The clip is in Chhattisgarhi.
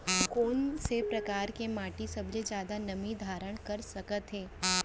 कोन से परकार के माटी सबले जादा नमी धारण कर सकत हे?